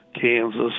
Kansas